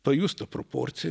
pajust tą proporciją